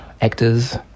actors